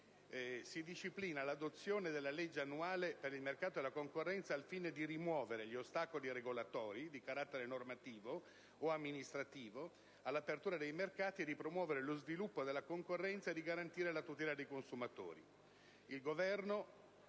47 «disciplina l'adozione della legge annuale per il mercato e la concorrenza, al fine di rimuovere gli ostacoli regolatori, di carattere normativo o amministrativo, all'apertura dei mercati, di promuovere lo sviluppo della concorrenza e di garantire la tutela dei consumatori».